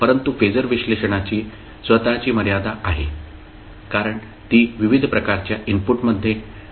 परंतु फेजर विश्लेषणाची स्वतःची मर्यादा आहे कारण ती विविध प्रकारच्या इनपुटमध्ये लागू केली जाऊ शकत नाही